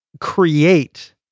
create